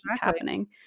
happening